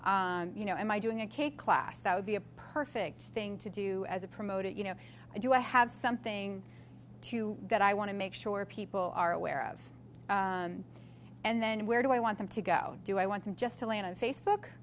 you know am i doing a kick class that would be a perfect thing to do as a promoted you know i do i have something to that i want to make sure people are aware of and then where do i want them to go do i want them just to land on facebook